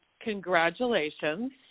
Congratulations